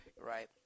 right